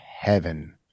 heaven